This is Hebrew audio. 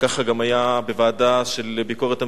וכך גם היה בישיבת הוועדה לביקורת המדינה,